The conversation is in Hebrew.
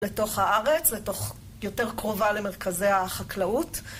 לתוך הארץ, לתוך... יותר קרובה למרכזי החקלאות